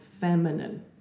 feminine